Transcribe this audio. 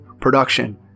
production